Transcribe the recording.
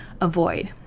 avoid